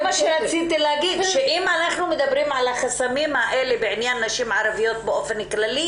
אם אנחנו מדברים על החסמים האלה בעניין נשים ערביות באופן כללי,